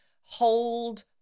hold